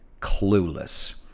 clueless